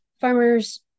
farmers